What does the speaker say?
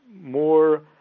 more